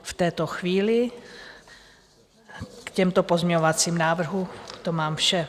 V této chvíli k těmto pozměňovacím návrhům to mám vše.